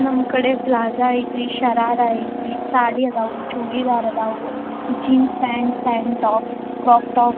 ನಮ್ಮ ಕಡೆ ಪ್ಲಾಜ ಐತೆ ರೀ ಶರಾರ ಐತೆ ಸಾಡಿ ಅದಾವೆ ಚೂಡಿದಾರ್ ಅದಾವೆ ಜೀನ್ಸ್ ಪ್ಯಾಂಟ್ ಟ್ಯಾನಿ ಟಾಪ್ ಕ್ರೋಪ್ ಟಾಪ್